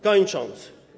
Kończąc: